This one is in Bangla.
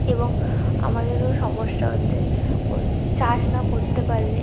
এবং আমাদেরও সমস্যা হচ্ছে ওই চাষ না করতে পারলে